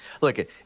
look